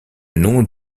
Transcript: nom